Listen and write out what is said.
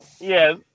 Yes